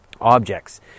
Objects